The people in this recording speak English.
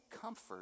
comfort